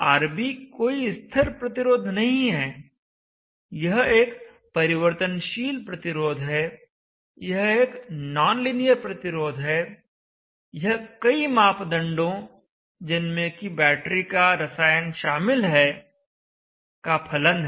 RB कोई स्थिर प्रतिरोध नहीं है यह एक परिवर्तनशील प्रतिरोध है यह एक नॉनलीनियर प्रतिरोध है यह कई मापदंडों जिनमें कि बैटरी का रसायन शामिल है का फलन है